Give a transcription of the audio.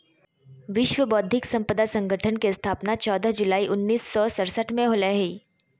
विश्व बौद्धिक संपदा संगठन के स्थापना चौदह जुलाई उननिस सो सरसठ में होलय हइ